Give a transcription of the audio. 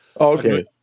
Okay